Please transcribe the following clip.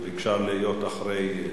וביקשה להיות אחרי,